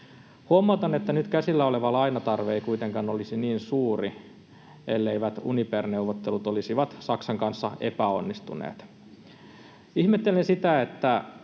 Huomautan, että nyt käsillä oleva lainatarve ei kuitenkaan olisi niin suuri, elleivät Uniper-neuvottelut Saksan kanssa olisi epäonnistuneet. Ihmettelen sitä, että